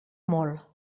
molt